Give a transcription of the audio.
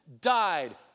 died